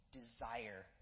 desire